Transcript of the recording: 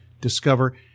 Discover